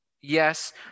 Yes